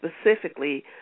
specifically